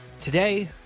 Today